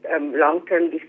long-term